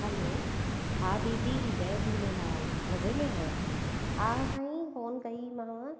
हलो हा दीदी जय झूलेलाल मज़े में आयो हा साईं फ़ोन कईमांव